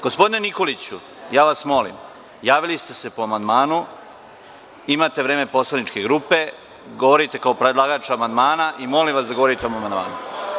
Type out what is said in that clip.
Gospodine Nikoliću, ja vas molim, javili ste se po amandmanu, imate vreme poslaničke grupe, govorite kao predlagač amandman i molim vas da govorite po amandmanu.